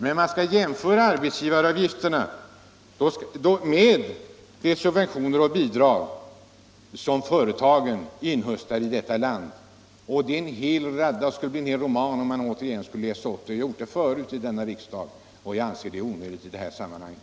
Nej, man skall jämföra arbetsgivaravgifterna med subventioner och bidrag som företagen inhöstar i detta land, och det skulle bli en hel roman om jag återigen skulle läsa upp dem. Jag har gjort det förut i denna riksdag och jag anser det onödigt att göra det i det här sammanhanget.